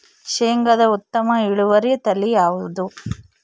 ಶೇಂಗಾದ ಉತ್ತಮ ಇಳುವರಿ ತಳಿ ಯಾವುದು?